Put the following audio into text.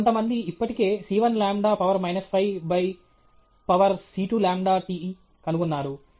కొంతమంది ఇప్పటికే c 1 lambda power minus 5 power c2 lambda tకనుగొన్నారు